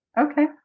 okay